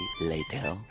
later